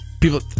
People